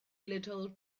little